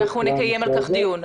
אנחנו נקיים על כך דיון.